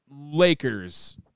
Lakers